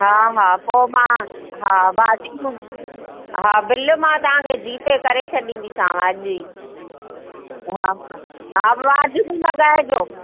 हा हा पोइ मां हा भाॼियूं हा बिल मां तव्हां खे जीपे करे छॾींदीसांव अॼु ई हा हा हा वाजिबी लॻाइजो